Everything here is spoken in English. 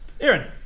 Aaron